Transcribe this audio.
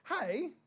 hey